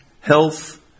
Health